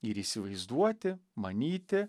ir įsivaizduoti manyti